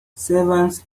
servants